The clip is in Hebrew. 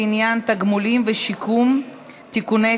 לעניין תגמולים ושיקום (תיקוני חקיקה),